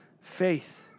faith